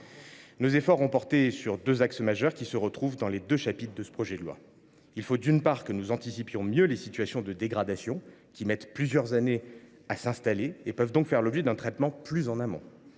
Nos efforts ont porté sur deux axes majeurs, qui se retrouvent dans les deux chapitres de ce projet de loi. Il faut, d’une part, que nous anticipions mieux les situations de dégradation, qui mettent plusieurs années à s’installer et peuvent donc faire l’objet d’un traitement plus en amont.